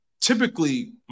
Typically